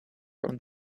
from